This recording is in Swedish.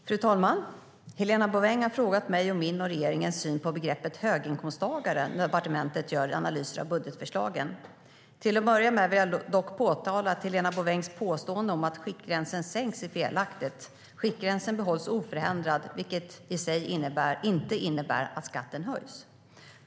Fru talman! Helena Bouveng har frågat mig om min och regeringens syn på begreppet höginkomsttagare när departementet gör analyser av budgetförslagen. Till att börja med vill jag dock påtala att Helena Bouvengs påstående om att skiktgränsen sänks är felaktigt. Skiktgränsen behålls oförändrad, vilket i sig inte innebär att skatten höjs.